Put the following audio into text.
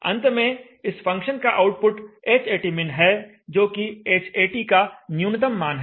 अंत में इस फंक्शन का आउटपुट Hatmin है जोकि Hat का न्यूनतम मान है